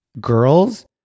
girls